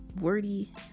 wordy